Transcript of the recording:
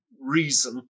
reason